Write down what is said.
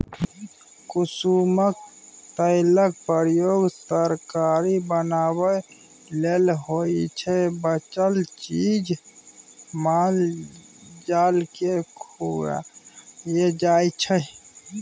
कुसुमक तेलक प्रयोग तरकारी बनेबा लेल होइ छै बचल चीज माल जालकेँ खुआएल जाइ छै